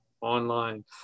online